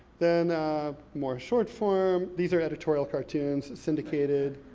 then more short form, these are editorial cartoons, syndicated.